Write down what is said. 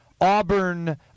Auburn